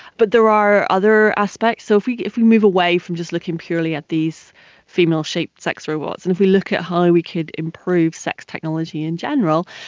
but there are other aspects. so if we if we move away from just looking purely at these female shaped sex robots, and if we look at how we could improve sex technology in general,